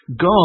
God